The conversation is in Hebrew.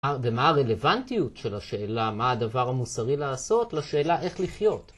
ומה הרלוונטיות של השאלה מה הדבר המוסרי לעשות לשאלה איך לחיות.